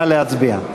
נא להצביע.